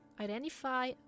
identify